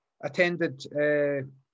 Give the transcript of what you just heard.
attended